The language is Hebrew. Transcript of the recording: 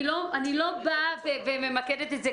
אני לא ממקדת את זה,